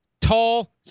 tall